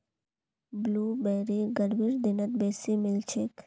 blueberry गर्मीर दिनत बेसी मिलछेक